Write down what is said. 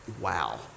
Wow